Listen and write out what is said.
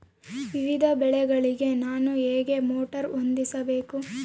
ವಿವಿಧ ಬೆಳೆಗಳಿಗೆ ನಾನು ಹೇಗೆ ಮೋಟಾರ್ ಹೊಂದಿಸಬೇಕು?